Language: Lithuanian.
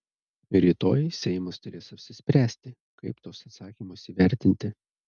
rytoj seimas turės apsispręsti kaip tuos atsakymus įvertinti